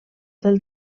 del